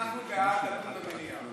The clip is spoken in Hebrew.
אנחנו בעד לדון במליאה,